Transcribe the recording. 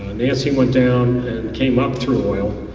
nassi went down and came up through oil,